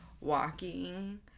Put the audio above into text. walking